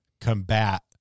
combat